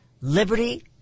liberty